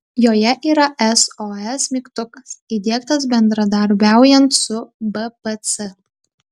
joje yra sos mygtukas įdiegtas bendradarbiaujant su bpc